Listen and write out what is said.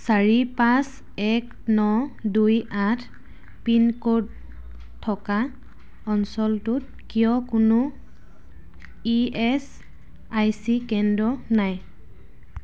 চাৰি পাঁচ এক ন দুই আঠ পিনক'ড থকা অঞ্চলটোত কিয় কোনো ই এচ আই চি কেন্দ্র নাই